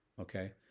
okay